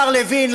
השר לוין,